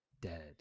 dead